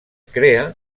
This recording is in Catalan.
crea